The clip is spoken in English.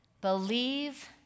believe